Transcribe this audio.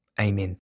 Amen